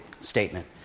statement